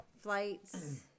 Flights